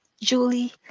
Julie